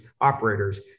operators